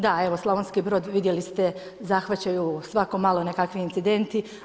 Da, evo Slavonski Brod vidjeli ste zahvaćaju svako malo nekakvi incidenti.